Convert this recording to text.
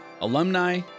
alumni